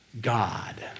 God